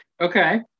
okay